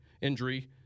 injury